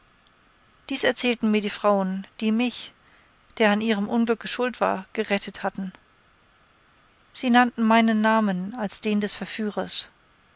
dies erzählten mir die frauen die mich der an ihrem unglücke schuld war gerettet hatten sie nannten meinen namen als den des verführers